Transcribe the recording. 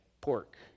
pork